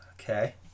Okay